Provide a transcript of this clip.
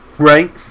Right